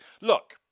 look